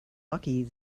lucky